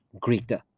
greater